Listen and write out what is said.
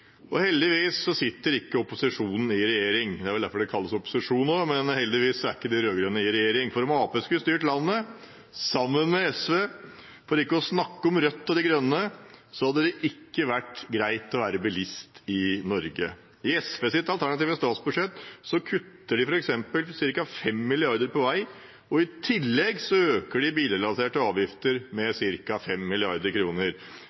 selv. Heldigvis sitter ikke opposisjonen i regjering – det er vel derfor det kalles opposisjon. Heldigvis er ikke de rød-grønne i regjering. Hvis Arbeiderpartiet skulle styrt landet, sammen med SV, for ikke å snakke om sammen med Rødt og De Grønne, hadde det ikke vært greit å være bilist i Norge. I SVs alternative budsjett kutter de f.eks. ca. 5 mrd. kr på vei, og i tillegg øker de bilrelaterte avgifter